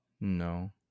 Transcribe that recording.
no